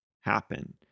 happen